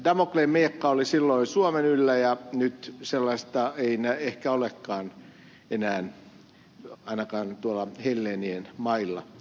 damokleen miekka oli silloin suomen yllä ja nyt sellaista ei ehkä olekaan enää ainakaan tuolla helleenien mailla